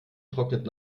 trocknet